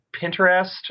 pinterest